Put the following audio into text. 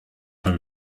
home